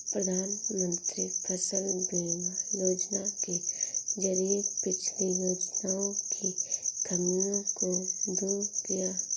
प्रधानमंत्री फसल बीमा योजना के जरिये पिछली योजनाओं की खामियों को दूर किया